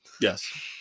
Yes